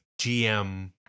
GM